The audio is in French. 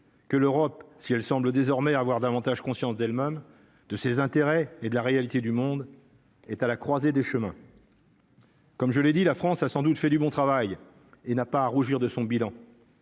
que l'Europe si elle semble désormais avoir davantage conscience d'elle-même de ses intérêts et de la réalité du monde est à la croisée des chemins. Comme je l'ai dit, la France a sans doute fait du bon travail et n'a pas à rougir de son bilan.